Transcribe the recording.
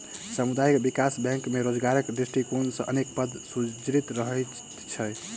सामुदायिक विकास बैंक मे रोजगारक दृष्टिकोण सॅ अनेक पद सृजित रहैत छै